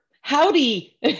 howdy